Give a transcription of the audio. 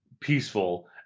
peaceful